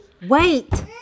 Wait